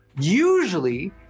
Usually